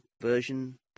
version